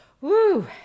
Woo